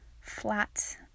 flat